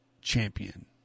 Champion